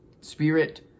spirit